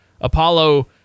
apollo